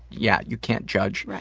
yeah, you can't judge.